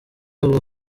ubu